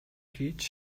хийж